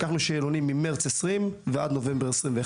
לקחנו שאלונים ממרץ 2020 ועד נובמבר 2021,